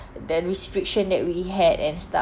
the restriction that we had and stuff